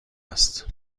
است